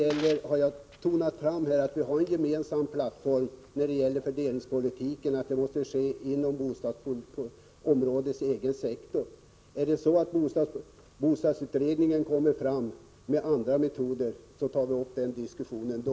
Jag har betonat att vi har en gemensam plattform när det gäller att fördelningspolitiken måste drivas inom bostadsområdets egen sektor. Om bostadsutredningen kommer med förslag till andra metoder tar vi upp den diskussionen då.